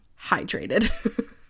hydrated